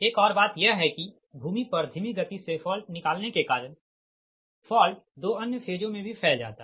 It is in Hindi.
एक और बात यह है कि भूमि पर धीमी गति से फॉल्ट निकालने के कारण फॉल्ट दो अन्य फेजों में भी फैल जाता